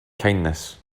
kindness